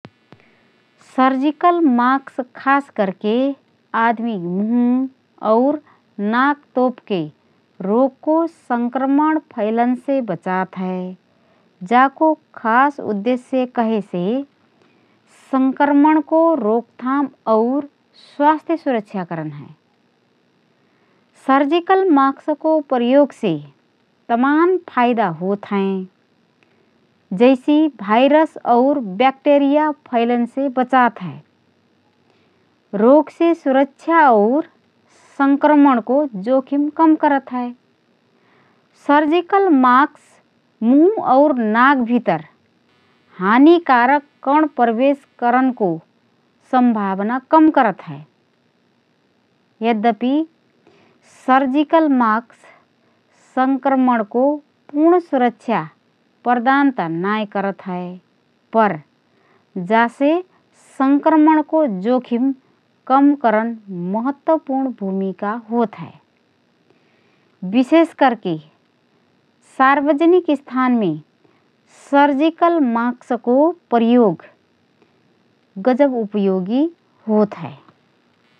Surgical mask खास करके आदमीक मुँह और नाक तोपके रोगको संक्रमण फैलनसे बचात हए । जाको खास उद्देश्य कहेसे संक्रमणको रोकथाम और स्वास्थ्य सुरक्षा करन हए । सर्जिकल मास्कको प्रयोगसे तमान फाइदा होतहएँ जैसि: भइरस और ब्याक्टेरिया फैलनसे बचात हए । रोगसे सुरक्षा और संक्रमणको जोखिम कम करत हए । सर्जिकल मास्क मुँह और नाक भितर हानिकारक कण प्रवेश करनको सम्भावना कम करत हए । यद्यपि सर्जिकल मास्क संक्रमणको पूर्ण सुरक्षा प्रदान त नाएँ करत हए पर जासे सङ्क्रमणको जोखिम कम करन महत्त्वपूर्ण भूमिका होत हए । विशेष करके सार्वजनिक स्थानमे सर्जिकल मास्कको प्रयोग गजब उपयोगी होतहए ।